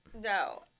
No